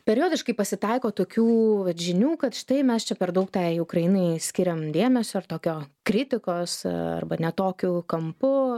periodiškai pasitaiko tokių vat žinių kad štai mes čia per daug tai ukrainai skiriam dėmesio ir tokio kritikos arba ne tokiu kampu